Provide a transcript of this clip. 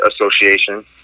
Association